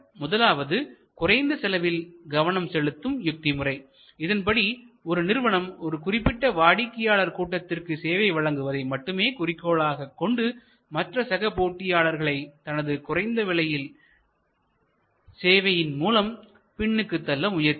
முதலாவது குறைந்த செலவில் கவனம் செலுத்தும் யுக்திமுறை இதன்படி ஒரு நிறுவனம் ஒரு குறிப்பிட்ட வாடிக்கையாளர் கூட்டத்திற்கு சேவை வழங்குவதை மட்டும் குறிக்கோளாக கொண்டு மற்ற சக போட்டியாளர்களை தனது குறைந்த விலை சேவையின் மூலம் பின்னுக்கு தள்ள முயற்சிக்கும்